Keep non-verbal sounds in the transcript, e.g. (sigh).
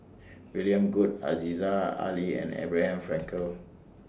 William Goode Aziza Ali and Abraham (noise) Frankel